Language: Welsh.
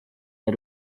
neu